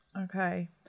Okay